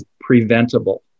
preventable